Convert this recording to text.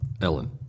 Ellen